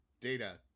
Data